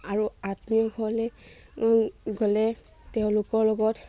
আৰু আত্মীয়সকলে গ'লে তেওঁলোকৰ লগত